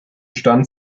stand